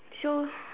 so